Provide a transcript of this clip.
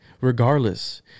regardless